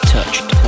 Touched